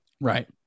Right